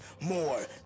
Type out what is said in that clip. more